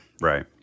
Right